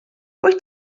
wyt